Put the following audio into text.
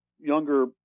younger